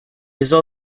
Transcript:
also